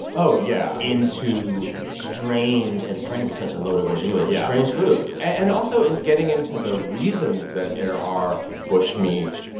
oh, yeah. into strange and strange is such a loaded word anyway. yeah. but strange food and also getting into the reasons that there are bushmeat,